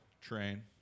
train